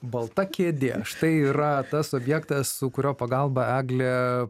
balta kėdė štai yra tas objektas su kurio pagalba eglė